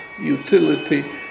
utility